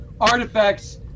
artifacts